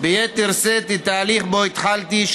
ביתר שאת את התהליך שבו התחלתי,